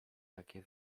takie